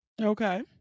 okay